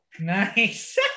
Nice